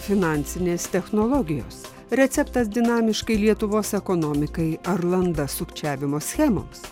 finansinės technologijos receptas dinamiškai lietuvos ekonomikai ar landa sukčiavimo schemoms